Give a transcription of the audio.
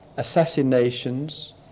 assassinations